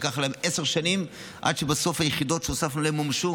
לקח להם עשר שנים עד שבסוף היחידות שהוספנו להם מומשו,